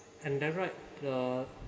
and then right the